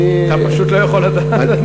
אתה פשוט לא יכול לדעת.